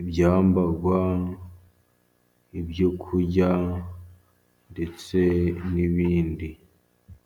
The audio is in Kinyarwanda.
ibyambarwa, ibyo kurya ndetse n'ibindi.